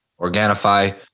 Organifi